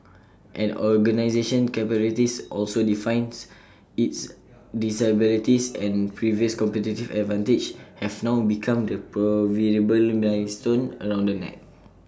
an organisation's capabilities also define its disabilities and previous competitive advantages have now become the proverbial millstone around the neck